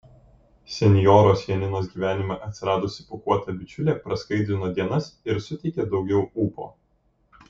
senjoros janinos gyvenime atsiradusi pūkuota bičiulė praskaidrino dienas ir suteikė daugiau ūpo